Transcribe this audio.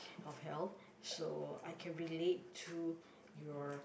of hell so I can relate to your